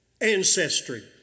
ancestry